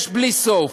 יש בלי סוף.